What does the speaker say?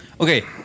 Okay